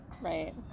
Right